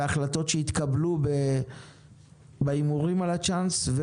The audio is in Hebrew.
ההחלטות שהתקבלו בהימורים על הצ'אנס,